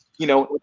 you know,